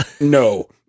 no